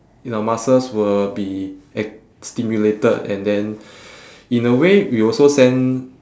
in our muscles will be ac~ stimulated and then in a way we also send